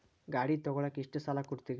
ಗಾಡಿ ತಗೋಳಾಕ್ ಎಷ್ಟ ಸಾಲ ಕೊಡ್ತೇರಿ?